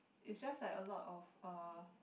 is just like a lot of uh